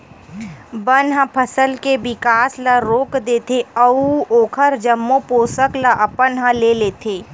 बन ह फसल के बिकास ल रोक देथे अउ ओखर जम्मो पोसक ल अपन ह ले लेथे